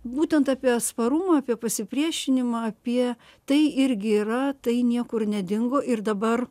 būtent apie atsparumą apie pasipriešinimą apie tai irgi yra tai niekur nedingo ir dabar